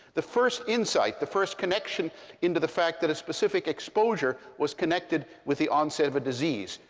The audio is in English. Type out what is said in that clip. the first insight, the first connection into the fact that a specific exposure was connected with the onset of a disease,